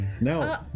no